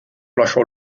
lasciò